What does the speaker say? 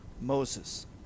moses